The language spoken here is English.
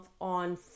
on